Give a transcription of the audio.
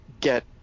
get